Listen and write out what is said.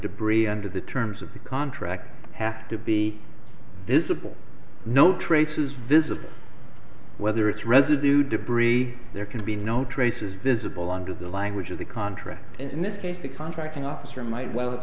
debris under the terms of the contract have to be visible no traces visible whether it's residue debris there can be no traces visible under the language of the contract and in this case a contracting officer might well